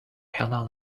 halal